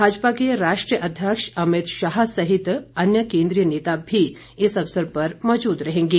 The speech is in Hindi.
भाजपा के राष्ट्रीय अध्यक्ष अमित शाह सहित अन्य केंद्रीय नेता भी इस अवसर पर मौजूद रहेंगे